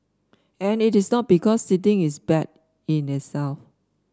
and it is not because sitting is bad in itself